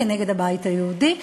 כנגד הבית היהודי,